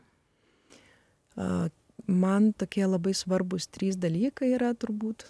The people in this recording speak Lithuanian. a man tokie labai svarbūs trys dalykai yra turbūt